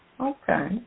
Okay